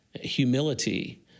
Humility